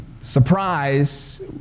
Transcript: surprise